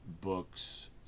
books